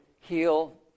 heal